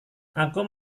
aku